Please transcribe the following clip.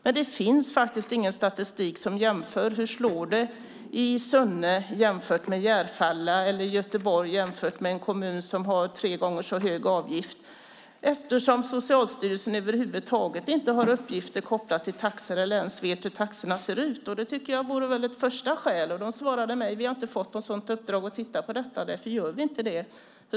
Men det finns ingen statistik över hur det slår i Sunne jämfört med i Järfälla eller i Göteborg, jämfört med en kommun som har tre gånger så hög avgift, eftersom Socialstyrelsen över huvud taget inte har uppgifter kopplade till taxor eller ens vet hur taxorna ser ut. De svarade mig att de inte fått något uppdrag att titta på detta och därför inte gör det. Det tycker jag är ett skäl till förändring.